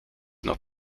not